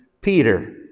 Peter